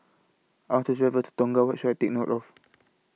I want to travel to Tonga What should I Take note of